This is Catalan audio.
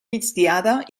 migdiada